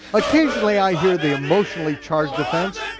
occasionally i hear the emotionally charged defense,